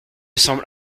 semble